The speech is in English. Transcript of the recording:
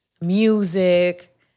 music